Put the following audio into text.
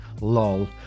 Lol